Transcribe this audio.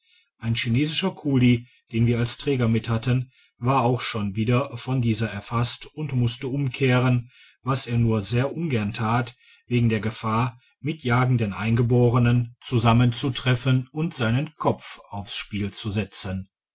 ein chinesischer kuli den wir als träger mithatten war auch schon wieder von dieser erfasst und musste umkehren was er nur sehr ungern tat wegen der gefahr mit jagenden eingeborenen digitized by google zusammenzutreffen und seinen kopf aufs spiel zu setzen